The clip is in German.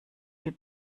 viel